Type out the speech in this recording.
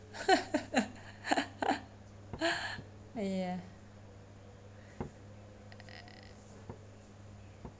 ya